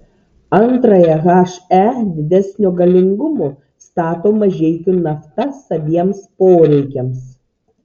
antrąją he didesnio galingumo stato mažeikių nafta saviems poreikiams